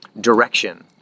direction